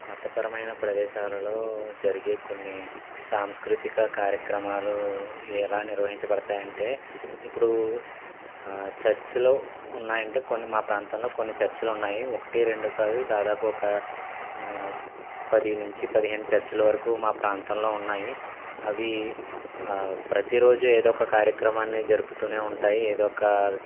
మతపరమైన ప్రదేశాలలో జరిగే కొన్ని సాంస్కృతిక కార్యక్రమాలు ఎలా నిర్వహించబడతాయంటే ఇప్పుడు చర్చ్లో ఉన్నాయంటే కొన్ని మా ప్రాంతంలో కొన్ని చర్చ్లు ఉన్నాయి ఒకటి రెండు కాదు దాదాపు ఒక పది నుంచి పదిహేను చర్చ్ల వరకు మా ప్రాంతంలో ఉన్నాయి అవి ప్రతిరోజూ ఏదో ఒక కార్యక్రమాన్ని జరుపుతూనే ఉంటాయి ఏదో ఒక